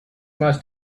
must